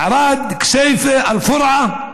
ערד, כסייפה, אל-פורעה,